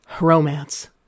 Romance